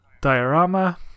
diorama